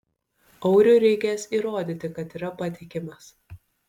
auriui reikės įrodyti kad yra patikimas